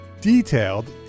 Detailed